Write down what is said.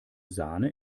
sahne